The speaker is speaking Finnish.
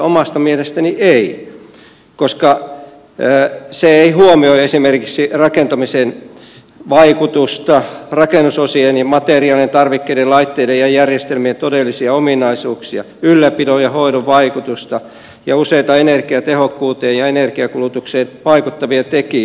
omasta mielestäni ei koska se ei huomioi esimerkiksi rakentamisen vaikutusta rakennuksen osien ja materiaalien tarvikkeiden laitteiden ja järjestelmien todellisia ominaisuuksia ylläpidon ja hoidon vaikutusta ja useita energiatehokkuuteen ja energiankulutukseen vaikuttavia tekijöitä